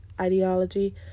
ideology